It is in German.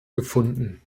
gefunden